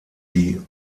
die